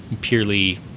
purely